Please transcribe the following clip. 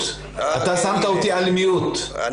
הערבי בישראל מייחס חשיבות כפולה --- תציג את עצמך.